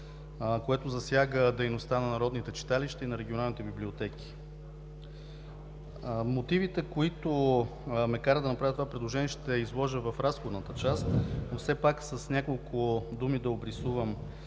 което засяга дейността на народните читалища и на регионалните библиотеки. Мотивите, които ме карат да направя това предложение, ще изложа в разходната част, но все пак с няколко думи да обрисувам